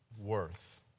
worth